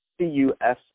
C-U-S